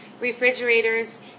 refrigerators